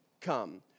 come